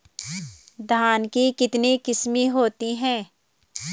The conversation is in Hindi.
धान की कितनी किस्में होती हैं?